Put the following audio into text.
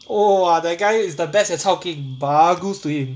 !wah! that guy is the best at chao keng bagus to him